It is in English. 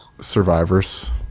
Survivors